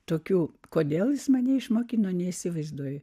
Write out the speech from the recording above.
tokių kodėl jis mane išmokino neįsivaizduoju